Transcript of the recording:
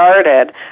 started